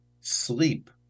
sleep